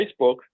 Facebook